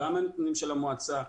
גם מהנתונים של המועצה,